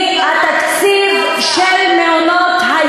50. 50, מן התקציב של מעונות-היום.